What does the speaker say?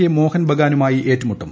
K Mohun ബഗാനുമായി ഏറ്റുമുട്ടും